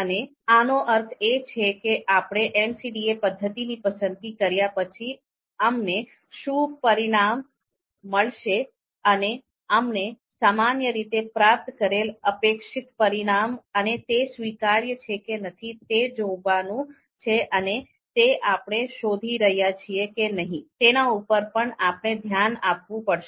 આનો અર્થ એ છે કે આપણે MCDA પદ્ધતિની પસંદગી કર્યા પછી અમને શું પરિણામ મળશે અને આપણે સામાન્ય રીતે પ્રાપ્ત કરેલા અપેક્ષિત પરિણામ અને તે સ્વીકાર્ય છે કે નથી તે જોવાનું છે અને તે આપણે શોધી રહ્યા છીએ કે નહીં તેના ઉપર પણ આપણે ધ્યાન આપવું પડશે